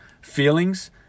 feelings